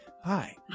Hi